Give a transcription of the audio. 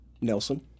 Nelson